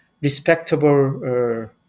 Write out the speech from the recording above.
respectable